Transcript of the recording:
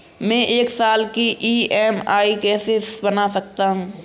मैं एक साल की ई.एम.आई कैसे बना सकती हूँ?